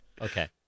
Okay